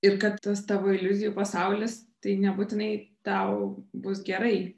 ir kad tas tavo iliuzijų pasaulis tai nebūtinai tau bus gerai